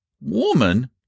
Woman